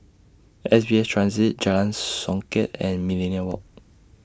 S B S Transit Jalan Songket and Millenia Walk